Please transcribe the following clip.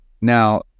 Now